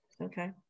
Okay